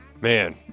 Man